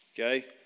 Okay